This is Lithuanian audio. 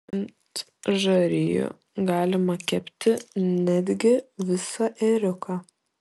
ant žarijų galima kepti netgi visą ėriuką